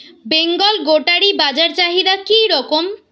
বেঙ্গল গোটারি বাজার চাহিদা কি রকম?